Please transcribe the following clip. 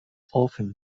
often